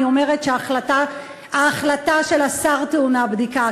אני אומרת שההחלטה של השר טעונה בדיקה.